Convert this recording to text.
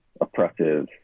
oppressive